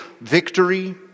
victory